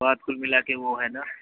बात कुल मिला के वो है ना